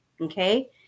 Okay